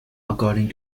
according